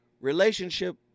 Relationship